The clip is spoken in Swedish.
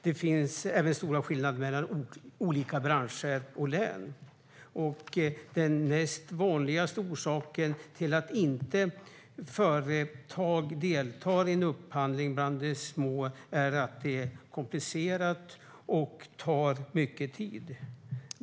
Det finns även stora skillnader mellan olika branscher och olika län. Den näst vanligaste orsaken till att företag inte deltar i en upphandling är att det är komplicerat och tar mycket tid.